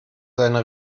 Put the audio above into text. seine